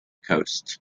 coast